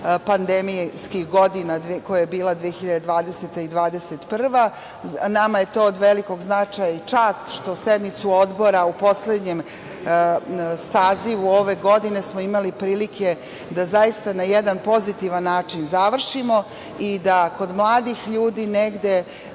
pandemijskih godina, 2020. i 2021, nama je to od velikog značaja i čast što sednicu odbora u poslednjem sazivu ove godine smo imali prilike da zaista na jedan pozitivan način završimo i da kod mladih ljudi negde